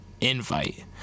invite